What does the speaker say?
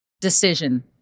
decision